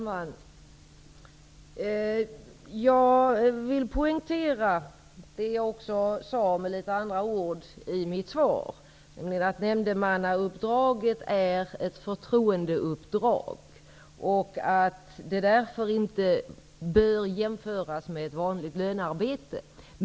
Fru talman! Jag vill poängtera, vilket jag också gjorde med litet andra ord i mitt svar, att nämndemannauppdraget är ett förtroendeuppdrag och att det därför inte bör jämföras med ett vanligt lönearbete.